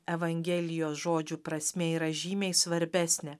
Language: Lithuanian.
evangelijos žodžių prasmė yra žymiai svarbesnė